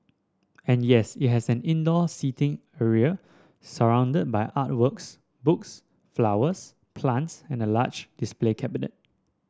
and yes it has an indoor seating area surrounded by art works books flowers plants and a large display cabinet